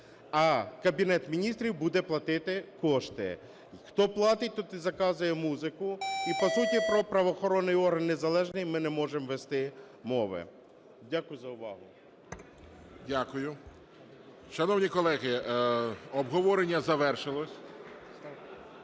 а Кабінет Міністрів буде платити кошти. Хто платить - той і заказує музику і, по суті, про правоохоронний орган незалежний ми не можемо вести мови. Дякую за увагу. ГОЛОВУЮЧИЙ. Дякую. Шановні колеги, обговорення завершилось.